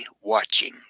watching